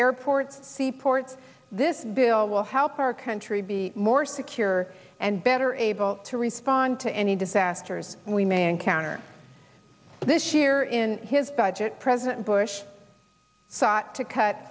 airports seaports this bill will help our country be more secure and better able to respond to any disasters we may encounter this year in his budget president bush sought to cut